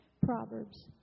Proverbs